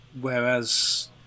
Whereas